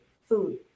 food